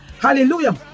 Hallelujah